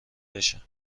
بشه